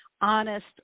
honest